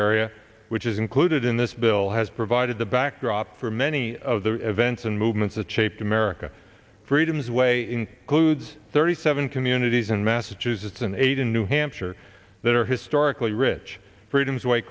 area which is included in this bill has provided the backdrop for many of the events and movements achieved america freedom's way includes thirty seven communities in massachusetts and eight in new hampshire that are historically rich freedom's white